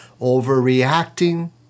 overreacting